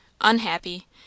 unhappy